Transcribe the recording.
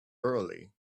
early